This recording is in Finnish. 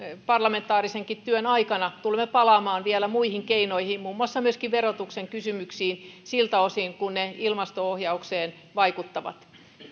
parlamentaarisenkin työn aikana tulemme palaamaan vielä muihin keinoihin muun muassa myöskin verotuksen kysymyksiin siltä osin kuin ne ilmasto ohjaukseen vaikuttavat